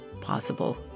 possible